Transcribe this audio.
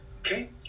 Okay